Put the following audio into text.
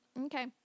Okay